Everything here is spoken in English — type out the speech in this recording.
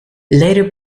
later